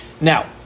Now